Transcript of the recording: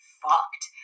fucked